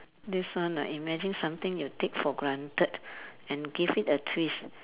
this one ah imagine something you take for granted and give it a twist